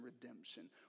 redemption